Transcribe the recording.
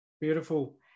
Beautiful